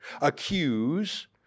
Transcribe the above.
accuse